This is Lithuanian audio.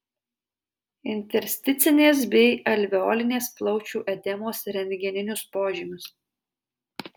intersticinės bei alveolinės plaučių edemos rentgeninius požymius